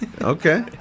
Okay